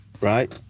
right